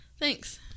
Thanks